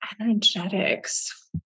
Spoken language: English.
energetics